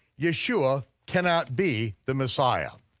yeshua cannot be the messiah.